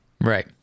right